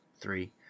three